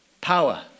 Power